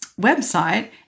website